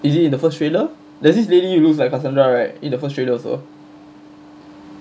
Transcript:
is it in the first trailer there's this lady who looks like kassandra right in the first trailer also